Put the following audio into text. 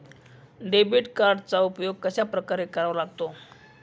Debit कार्डचा उपयोग कशाप्रकारे करावा लागतो?